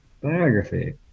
biography